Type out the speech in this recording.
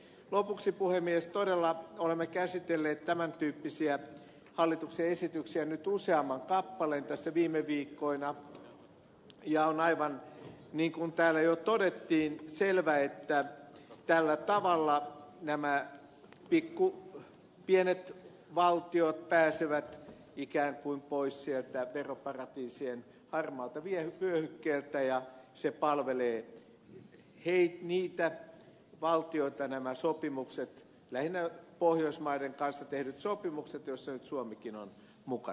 lopuksi puhemies todella olemme käsitelleet tämän tyyppisiä hallituksen esityksiä nyt useamman kappaleen tässä viime viikkoina ja on aivan niin kuin täällä jo todettiin selvä että tällä tavalla nämä pienet valtiot pääsevät ikään kuin pois sieltä veroparatiisien harmaalta vyöhykkeeltä ja nämä sopimukset palvelevat niitä valtioita lähinnä pohjoismaiden kanssa tehdyt sopimukset joissa nyt suomikin on mukana